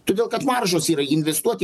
todėl kad maržos yra investuoti